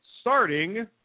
starting